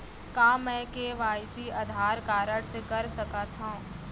का मैं KYC Aadhaar card से कर सकत हो?